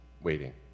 waiting